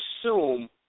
assume